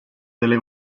delle